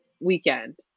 weekend